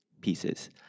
pieces